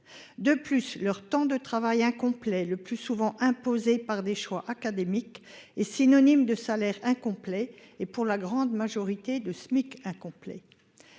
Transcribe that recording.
de plus leur temps de travail incomplet, le plus souvent imposé par des choix académique est synonyme de salaire incomplet et pour la grande majorité de SMIC incomplet.